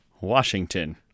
Washington